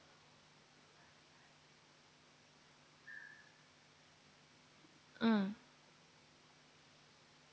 mm